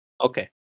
Okay